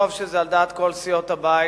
טוב שזה על דעת כל סיעות הבית,